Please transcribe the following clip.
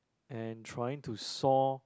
and trying to saw